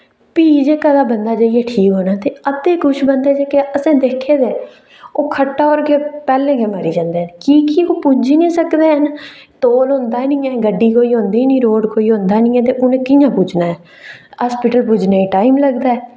फ्ही जेह्का तां बंदा जाइयै ठीक होना ते अद्धे किश बंदे असें दिक्खे दे ओह् खट्टा पर गै पैह्लें गै मरी जंदे न की कि ओह् पुज्जी गै निं सकदे हैन तौली होंदा निं ऐ गड्डी कोई होंदी निं रोड़ कोई होंदा निं ऐ ते उ'नें कि'यां पुज्जना ऐ हास्पिटल पुज्जने टाइम लगदा ऐ